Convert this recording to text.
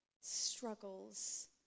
struggles